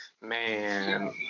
Man